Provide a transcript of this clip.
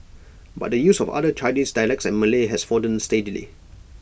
but the use of other Chinese dialects and Malay has fallen steadily